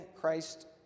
Christ